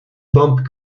bomb